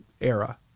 era